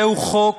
זהו חוק